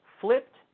flipped